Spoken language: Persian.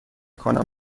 کنم